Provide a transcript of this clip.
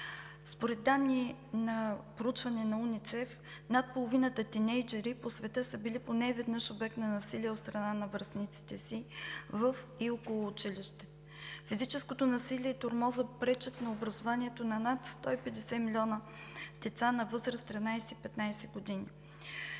Според данни от проучване на УНИЦЕФ над половината тийнейджъри по света са били поне веднъж обект на насилие от страна на връстниците си във и около училище. Физическото насилие и тормозът пречат на образованието на над 150 милиона деца на възраст 13 – 15 години.